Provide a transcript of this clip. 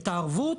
את הערבות,